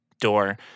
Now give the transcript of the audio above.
door